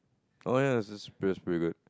oh ya that was it's pretty good